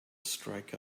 strike